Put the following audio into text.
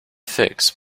figs